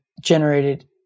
generated